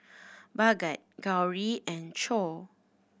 Bhagat Gauri and Choor